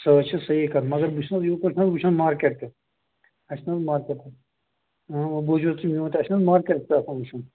سۅ حظ چھِ صحی کَتھ مَگر مےٚ چھُنا حظ یپٲرۍ وُچھان مارکیٚٹ تہِ اسہِ چھُ پیٚوان مارکیٚٹ وۅنۍ بوٗزِیو تُہۍ میٛون تہِ اسہِ چھُنا مارکیٚٹ تہِ آسان وُچھُن